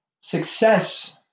success